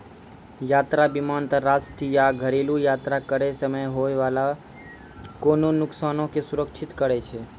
यात्रा बीमा अंतरराष्ट्रीय या घरेलु यात्रा करै समय होय बाला कोनो नुकसानो के सुरक्षित करै छै